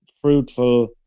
fruitful